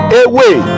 away